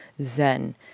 Zen